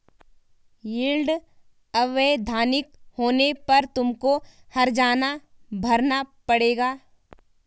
yield अवैधानिक होने पर तुमको हरजाना भरना पड़ेगा